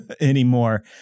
anymore